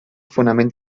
fonament